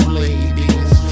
ladies